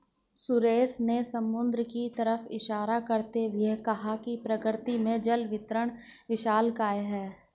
सुरेश ने समुद्र की तरफ इशारा करते हुए कहा प्रकृति में जल वितरण विशालकाय है